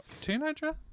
teenager